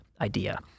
idea